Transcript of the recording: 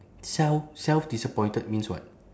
child self disappointed means what